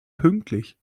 pünktlich